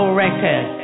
record